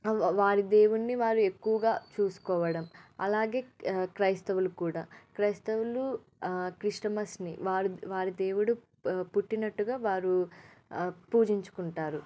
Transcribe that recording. వా వారి దేవుడిని వారు ఎక్కువగా చూసుకోవడం అలాగే క్రైస్తవులు కూడా క్రైస్తవులు క్రిస్టమస్ని వారు వారి దేవుడు పుట్టినట్టుగా వారు పూజించుకుంటారు